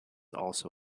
also